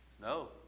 No